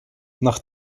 nach